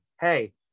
hey